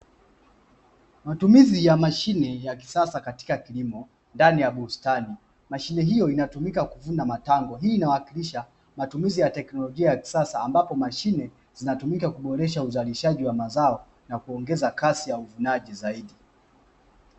Matumizi ya mashine ya kisasa katika kilimo ndani ya bustani mashine hiyo inatumika kuvuna matango hii inawakilisha matumizi ya teknolojia ya kisasa ambapo mashine zinatumika kuboresha uzalishaji wa mazao na kuongeza kasi ya uvunaji zaidi